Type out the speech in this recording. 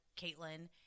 caitlin